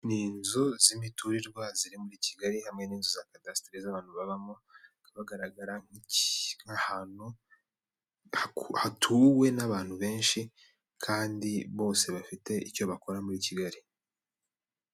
Ni inzu z'imiturirwa ziri muri Kigali hamwe n'inzu kadasiteri z'abantu babamo, hakaba hagaragara nk'ahantu hatuwe n'abantu benshi kandi bose bafite icyo bakora muri Kigali.